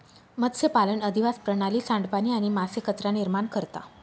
मत्स्यपालन अधिवास प्रणाली, सांडपाणी आणि मासे कचरा निर्माण करता